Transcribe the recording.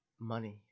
money